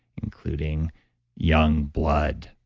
including young blood.